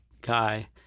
guy